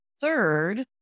third